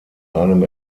einem